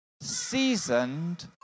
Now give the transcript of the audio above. seasoned